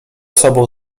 sobą